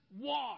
walk